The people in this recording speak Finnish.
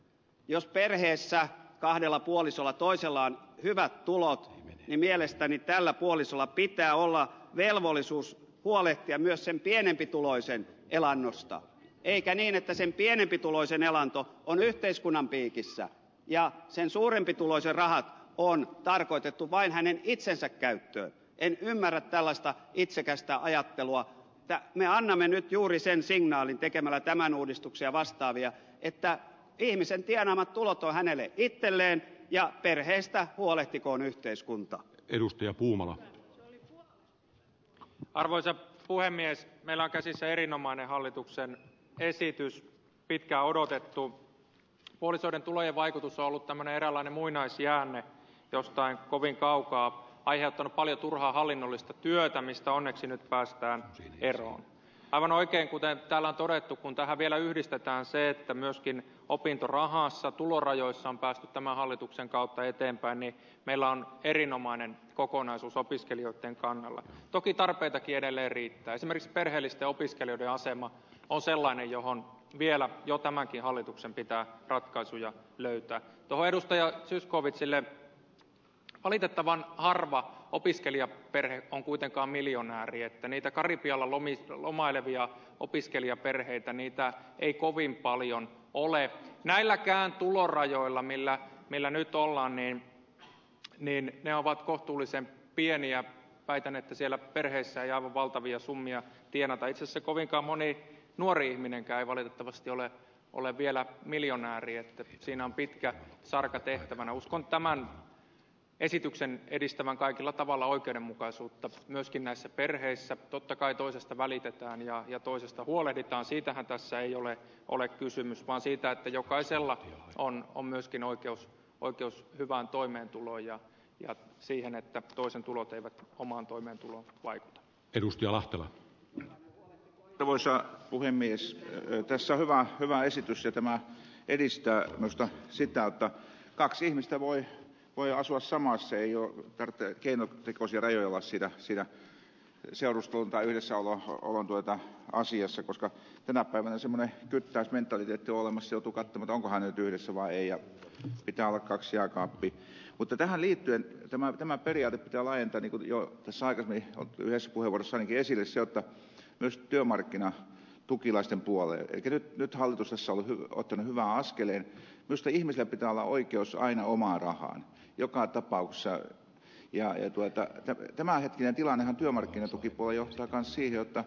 jos perheessä kahdella puolisolla toisellaan hyvät tulot ne mielestäni päällä puolisolla pitää olla velvollisuus huolehtia myös sen pienempituloisen elannosta eikä niin että sen pienempituloisen elanto on yhteiskunnan piikissä ja sen suurempituloisen vähän on tarkoitettu vain hänen itsensä käyttöä en ymmärrä tällaista itsekästä ajattelua ja jaana menee juuri sen singnaalin tekemänä tämän uudistuksia vastaavia että pielisentie on omat tulot on hänen epäillään ja perheestä huolehtikoon yhteiskunta edustaja puumala ja arvoisa puhemies velan käsissä erinomainen hallituksen esitys pitkä odotettu puolisoiden tulojen vaikutus ollut tämän eerolan muinaisjäänne jostain kovin kaukaa aiheuttanut paljon turhaa hallinnollista työtä mistä on etsinyt päästään eroon talon oikein kuten alan tunnettu kun tähän vielä yhdistetään se että myöskin opintorahansa tulorajoissa ja tämän hallituksen kautta eteenpäin niin meillä on erinomainen kokonaisuus opiskelijoitten rannalla toki tarkoita kirveelle riittää tähdellistä opiskelijoiden asema on sellainen johon vielä jo tämänkin hallituksen pitää ratkaisuja löytää oma edustaja zyskowiczille valitettavan harva opiskelijaperhe on kuitenkaan miljonaa viettäneitä karibialla lumi lomailevia opiskelijaperheitä niitä ei kovin paljon puulle näilläkään tulorajoilla millä millä nyt ollaan niin niin ne ovat kohtuullisen pieniä aidan että siellä perheissä ja on valtavia summia tienata itsensä kovinkaan moni nuori ihminen käy valitettavasti ole ole vielä miljonääri että siinä on pitkä sarka tehtävän uskon tämän esityksen edistämään kaikilla tavalla oikeudenmukaisuutta myöskin näissä perheissä tottakai toisesta välitetään ja toisista huolehditaan siitähän tässä ei ole ole kysymys vaan siitä että jokaisella on on myöskin oikeus oikeus hyvään toimeentulo ja ja siihen että toisen tulot eivät omaan toimeentulo vaikka edustaja lahtela tuli sai puhemies röyttässä hyvä hyvä esitys ja tämä edistää ostaa sitä kaksi ihmistä voi voi asua samassa jo apteekin rikoskierre ovat sitä sillä ensio ruskolta yleisavain on löytää asiassa koska tämä käväisimme kyttäysmentaliteetuomassa tukat onkohan löytyy sama eija pitää olla kaksi aika pimu ote tähän liittyen tämä tämä periaate vain pelikuvioon sarvet yleispuhevuorossa kielsi lisätä myös työmarkkina tukkilaistemppu ole ehtinyt nyt hallitustasolla kuten hyvä askel koska ihmiset pitää olla oikeus aina omaa rahaa joka tapauksessa jaetulta että tämä hetken tilanne työmarkkinatuki voi ohjata asioita